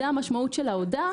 זאת המשמעות של ההודאה.